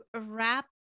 wrap